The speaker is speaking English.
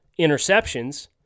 interceptions